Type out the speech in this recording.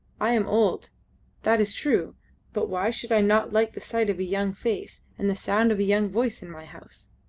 i am old that is true but why should i not like the sight of a young face and the sound of a young voice in my house?